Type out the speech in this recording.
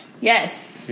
Yes